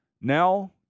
now